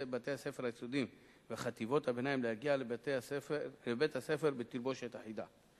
בתי-הספר היסודיים וחטיבות הביניים להגיע לבית-הספר בתלבושת אחידה.